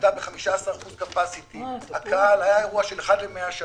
עבדה בתפוסה של 15%. היה אירוע של אחת למאה שנה.